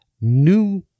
new